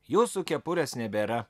jūsų kepurės nebėra